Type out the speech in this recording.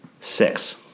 Six